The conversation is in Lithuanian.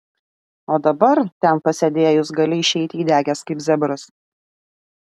o dabar ten pasėdėjus gali išeiti įdegęs kaip zebras